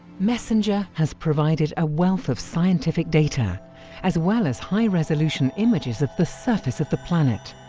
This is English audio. messenger has provided a wealth of scientific data as well as high resolution images of the surface of the planet.